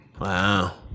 Wow